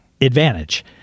advantage